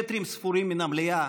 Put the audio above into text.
מטרים ספורים מן המליאה,